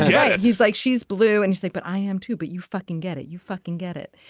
yeah he's like she's blue and she's like but i am too but you fucking get it you fucking get it.